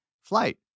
flight